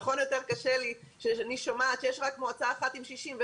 נכון שיותר קשה לי שאני שומעת שיש רק מועצה אחת עם 61 חברים